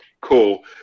Cool